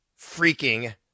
freaking